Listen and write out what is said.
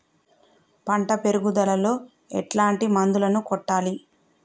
పంట పెరుగుదలలో ఎట్లాంటి మందులను కొట్టాలి?